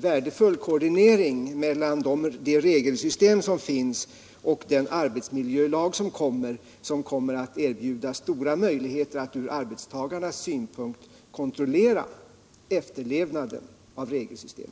värdefull koordinering mellan de regler som gäller och den bli — Om hanteringen av vande arbetsmiljölagen, som kommer att erbjuda stora möjligheter att = miljöfarligt gods ur arbetstagarnas synpunkt kontrollera efterlevnaden av regelsystemet.